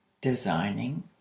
designing